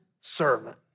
servant